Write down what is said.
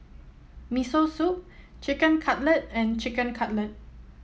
Miso Soup Chicken Cutlet and Chicken Cutlet